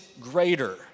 greater